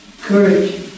Courage